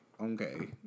okay